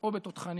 או בתותחנים.